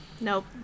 Nope